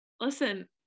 Listen